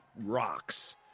rocks